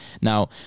Now